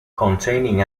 containing